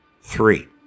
Three